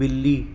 ਬਿੱਲੀ